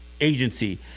agency